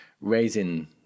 raising